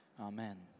amen